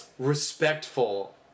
respectful